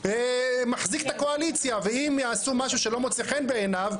מחזיק את הקואליציה ואם יעשו משהו שלא מוצא חן בעיניו,